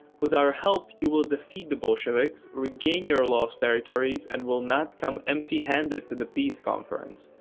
with our help, you will defeat the bolsheviks, regain your lost territories, and will not come empty-handed to the peace conference.